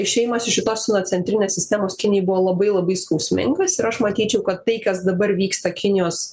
išėjimas iš šitos centrinės sistemos kinijai buvo labai labai skausmingas ir aš manyčiau kad tai kas dabar vyksta kinijos